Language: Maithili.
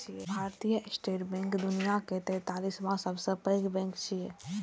भारतीय स्टेट बैंक दुनियाक तैंतालिसवां सबसं पैघ बैंक छियै